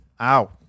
Ow